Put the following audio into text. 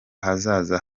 hazaza